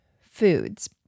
foods